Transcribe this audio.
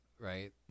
Right